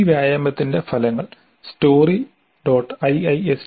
ഈ വ്യായാമത്തിന്റെ ഫലങ്ങൾ story